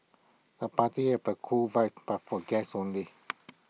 the party had A cool vibe but for guests only